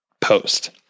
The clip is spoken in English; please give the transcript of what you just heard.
post